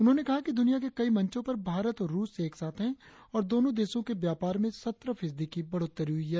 उन्होंने कहा कि दुनिया के कई मंचो पर भारत और रुस एक साथ हैं और दोनों देशों के बीच व्यापार में सत्रह फीसदी की बढ़ोत्तरी हुई है